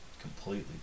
completely